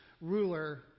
ruler